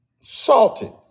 salted